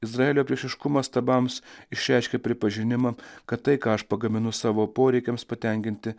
izraelio priešiškumas stabams išreiškia pripažinimą kad tai ką aš pagaminu savo poreikiams patenkinti